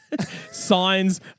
signs